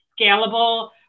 scalable